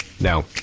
Now